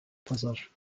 pazar